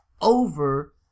over